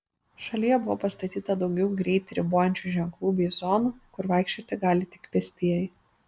šalyje buvo pastatyta daugiau greitį ribojančių ženklų bei zonų kur vaikščioti gali tik pėstieji